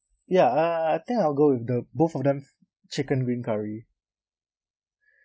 ya uh I think I'll go with the both of them chicken green curry